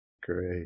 Great